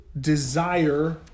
desire